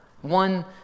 one